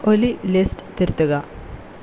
ഒല്ലി list തിരുത്തുക